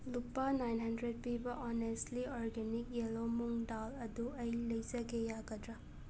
ꯂꯨꯄꯥ nine hundred ꯄꯤꯕ honestly organic ꯌꯦꯂꯦ ꯃꯨꯡ ꯗꯥꯜ ꯑꯗꯨ ꯑꯩ ꯂꯩꯖꯒꯦ ꯌꯥꯒꯗꯔ